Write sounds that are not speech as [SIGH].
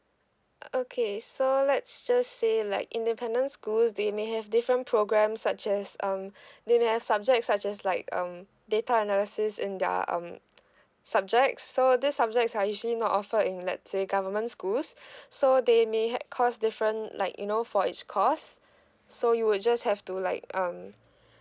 okay so let's just say like independent schools they may have different programs such as um [BREATH] they may have subjects such as like um data analysis in their um subjects so these subjects are usually not offered in let's say government schools [BREATH] so they may have course different like you know for each course so you would just have to like um